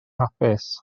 hapus